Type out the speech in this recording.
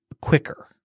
quicker